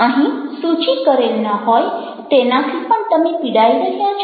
અહીં સૂચિ કરેલ ન હોય તેનાથી પણ તમે પીડાઇ રહ્યા છો